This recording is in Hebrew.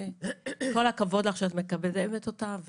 כל הכבוד לך שאת מקדמת אותה,